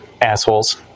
assholes